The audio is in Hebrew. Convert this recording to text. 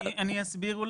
אני אסביר.